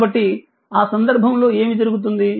కాబట్టి ఆ సందర్భంలో ఏమి జరుగుతుంది